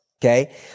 Okay